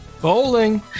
Bowling